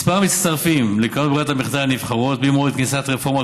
מספר המצטרפים לקרנות ברירת המחדל הנבחרות ממועד כניסת רפורמת